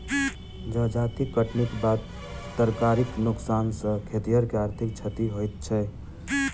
जजाति कटनीक बाद तरकारीक नोकसान सॅ खेतिहर के आर्थिक क्षति होइत छै